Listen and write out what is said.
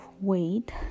weight